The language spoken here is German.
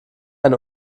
eine